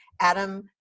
adam